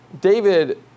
David